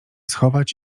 schować